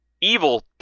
evil